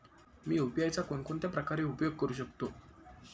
मी UPI चा कोणकोणत्या प्रकारे उपयोग करू शकतो?